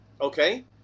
okay